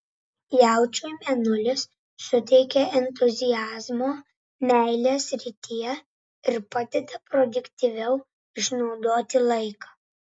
jaučiui mėnulis suteikia entuziazmo meilės srityje ir padeda produktyviau išnaudoti laiką